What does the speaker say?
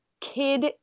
kid